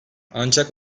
ancak